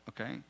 Okay